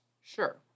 sure